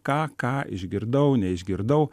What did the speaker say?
ką ką išgirdau neišgirdau